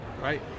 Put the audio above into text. Right